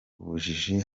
ubujiji